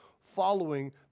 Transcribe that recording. following